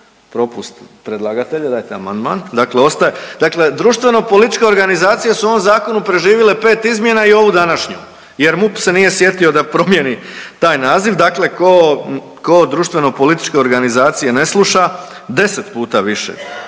propust predlagatelja dajte amandman, dakle ostaje. Dakle, društveno političke organizacije su u ovom zakonu preživjele 5 izmjena i ovu današnju jer MUP se nije sjetio da promjeni taj naziv. Dakle, tko društveno političke organizacije ne sluša 10 puta više,